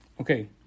Okay